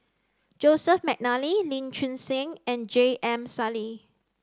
Joseph Mcnally Lee Choon Seng and J M Sali